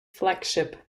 flagship